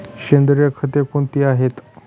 सेंद्रिय खते कोणती आहेत?